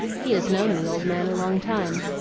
he has known the old man a long time.